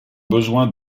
besoin